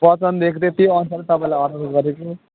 वचन दिएको थिएँ त्योअनुसार चाहिँ तपाईँलाई अर्डर गरेको नि